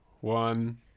one